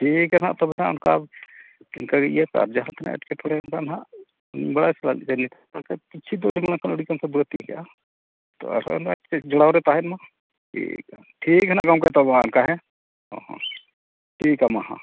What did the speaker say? ᱴᱷᱤᱠ ᱜᱮᱭᱟ ᱦᱟᱸᱜ ᱛᱚᱵᱮᱱᱟᱜ ᱚᱱᱠᱟ ᱤᱱᱠᱟᱹ ᱜᱤᱧ ᱤᱭᱟᱹ ᱠᱟᱜ ᱟᱨ ᱡᱟᱦᱟᱸ ᱛᱤᱱᱟᱹᱜ ᱮᱠᱮᱴᱚᱬᱮ ᱞᱮᱱᱠᱷᱟᱱ ᱦᱟᱸᱜ ᱵᱟᱹᱲᱛᱤᱜᱼᱟ ᱟᱨᱦᱚᱸ ᱪᱮᱫ ᱚᱱᱟ ᱡᱚᱲᱟᱣ ᱨᱮ ᱛᱟᱦᱮᱱ ᱢᱟ ᱴᱷᱤᱠᱼᱟ ᱴᱷᱤᱠᱼᱟ ᱦᱟᱸᱜ ᱜᱚᱢᱠᱮ ᱛᱟᱵᱚ ᱚᱱᱠᱟ ᱦᱮᱸ ᱦᱮᱸ ᱴᱷᱤᱠᱼᱟ ᱢᱟ ᱦᱮᱸ